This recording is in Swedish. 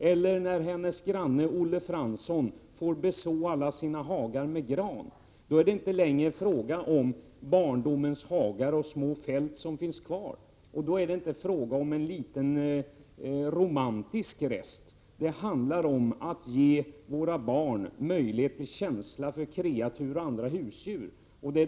Eller när hennes granne Olle Fransson får beså alla sina hagar med gran, då är det inte längre fråga om att barndomens hagar och små fält finns kvar, då är det inte fråga om en liten romantisk rest. Det handlar om att kunna ge våra barn känsla för kreatur och andra husdjur.